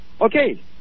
Okay